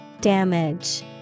Damage